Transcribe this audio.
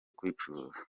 kubicuruza